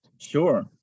Sure